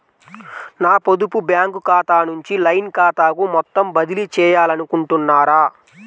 నా పొదుపు బ్యాంకు ఖాతా నుంచి లైన్ ఖాతాకు మొత్తం బదిలీ చేయాలనుకుంటున్నారా?